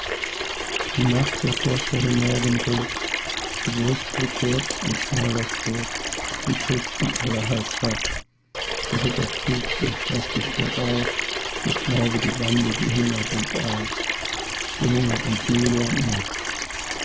die nacht zerfloß vor dem morgenrot die wurst wurde kurz und schmal das brot sie kriegten alle halb satt der ritter fluchte daß dich der daus ich glaube die bande die hungert uns aus sie hungert uns müde und matt